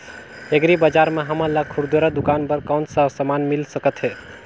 Agri बजार म हमन ला खुरदुरा दुकान बर कौन का समान मिल सकत हे?